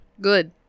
Good